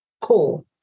cool